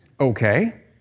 Okay